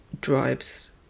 drives